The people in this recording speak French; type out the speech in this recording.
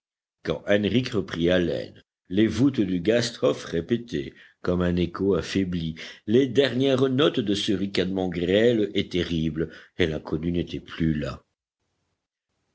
haleine les voûtes du gasthof répétaient comme un écho affaibli les dernières notes de ce ricanement grêle et terrible et l'inconnu n'était plus là